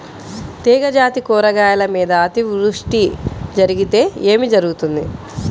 తీగజాతి కూరగాయల మీద అతివృష్టి జరిగితే ఏమి జరుగుతుంది?